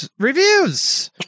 Reviews